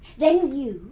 then you,